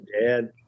dad